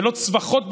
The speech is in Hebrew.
ולא צווחות בטלוויזיה,